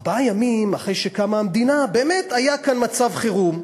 ארבעה ימים אחרי שקמה המדינה באמת היה כאן מצב חירום.